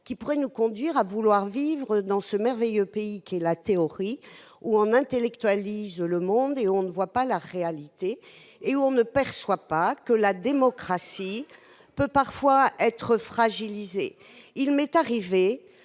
que certains vivent dans ce merveilleux pays qu'est la théorie, où l'on intellectualise le monde, où l'on ne voit pas la réalité, où l'on ne perçoit pas que la démocratie peut parfois être fragilisée. Il m'est arrivé